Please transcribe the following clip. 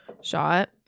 shot